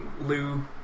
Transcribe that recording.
Lou